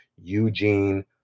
Eugene